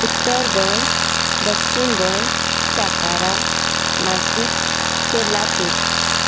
उत्तर गोंय दक्षीण गोंय सातारा नाशिक सोलापूर